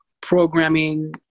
programming